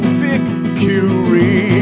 victory